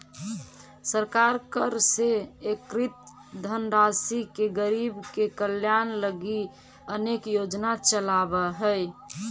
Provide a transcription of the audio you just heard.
सरकार कर से एकत्रित धनराशि से गरीब के कल्याण लगी अनेक योजना चलावऽ हई